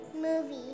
movie